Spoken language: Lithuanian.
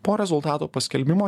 po rezultato paskelbimo